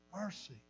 Mercy